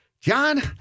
John